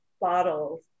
bottles